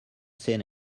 seen